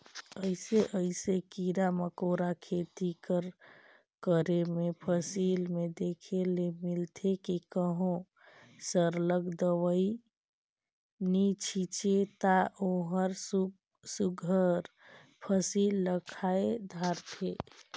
अइसे अइसे कीरा मकोरा खेती कर करे में फसिल में देखे ले मिलथे कि कहों सरलग दवई नी छींचे ता ओहर सुग्घर फसिल ल खाए धारथे